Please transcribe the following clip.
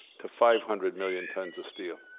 to five hundred million tons of steel.